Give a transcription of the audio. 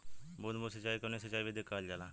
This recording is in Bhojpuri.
बूंद बूंद सिंचाई कवने सिंचाई विधि के कहल जाला?